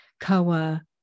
Koa